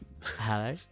Hello